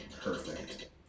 Perfect